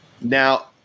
Now